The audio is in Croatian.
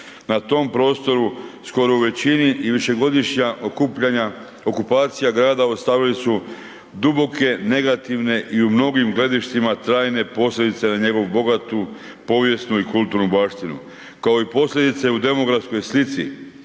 na tom prostoru skoro u većini i višegodišnja okupacija grada ostavili su duboke negativne i u mnogim gledištima trajne posljedice na njegovu bogatu, povijesnu i kulturnu baštinu, kao i posljedice u demografskoj slici